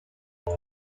they